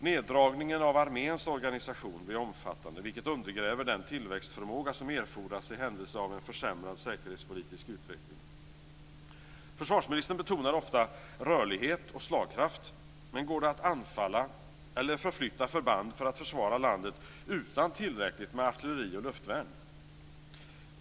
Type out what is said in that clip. Neddragningen av arméns organisation blir omfattande, vilket undergräver den tillväxtförmåga som erfordras i händelse av en försämrad säkerhetspolitisk utveckling. Försvarsministern betonar ofta rörlighet och slagkraft. Men går det att anfalla eller förflytta förband för att försvara landet utan tillräckligt med artilleri och luftvärn?